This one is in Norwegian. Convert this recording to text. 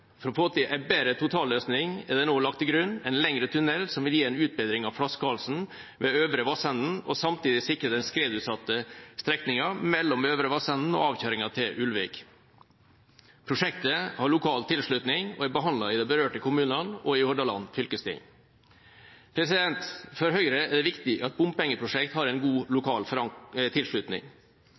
For å få til en bedre totalløsning er det nå lagt til grunn en lengre tunnel som vil gi en utbedring av flaskehalsen ved Øvre Vassenden, og samtidig sikre den skredutsatte strekningen mellom Øvre Vassenden og avkjøringen til Ulvik. Prosjektet har lokal tilslutning og er behandlet i de berørte kommunene og i Hordaland fylkesting. For Høyre er det viktig at bompengeprosjekter har god lokal tilslutning.